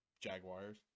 Jaguars